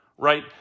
right